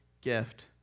gift